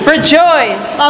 Rejoice